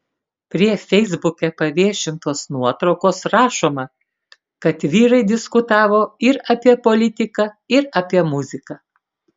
prie feisbuke paviešintos nuotraukos rašoma kad vyrai diskutavo ir apie politiką ir apie muziką